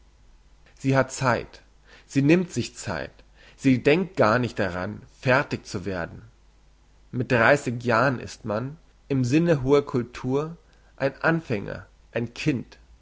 sie hat zeit sie nimmt sich zeit sie denkt gar nicht daran fertig zu werden mit dreissig jahren ist man im sinne hoher cultur ein anfänger ein kind